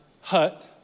hut